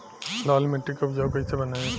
लाल मिट्टी के उपजाऊ कैसे बनाई?